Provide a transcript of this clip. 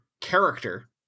character